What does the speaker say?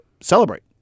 celebrate